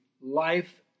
life